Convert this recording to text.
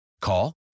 Call